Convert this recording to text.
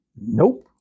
Nope